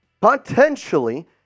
potentially